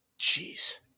Jeez